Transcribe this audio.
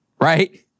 right